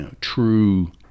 True